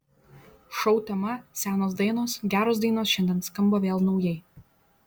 šou tema senos dainos geros dainos šiandien skamba vėl naujai